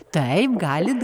taip galite